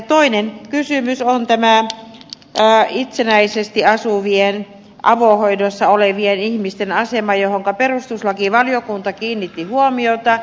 toinen kysymys on tämä itsenäisesti asuvien ja avohoidossa olevien ihmisten asema johonka perustuslakivaliokunta kiinnitti huomiota